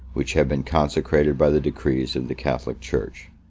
which have been consecrated by the decrees of the catholic church.